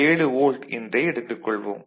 7 volt என்றே எடுத்துக் கொள்வோம்